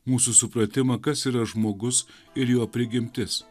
mūsų supratimą kas yra žmogus ir jo prigimtis